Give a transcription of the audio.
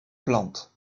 plantes